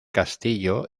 castillo